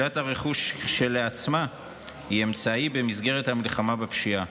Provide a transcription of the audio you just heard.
שלילת הרכוש כשלעצמה היא אמצעי במסגרת המלחמה בפשיעה.